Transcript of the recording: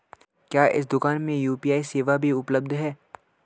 क्या इस दूकान में यू.पी.आई सेवा भी उपलब्ध है?